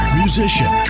musician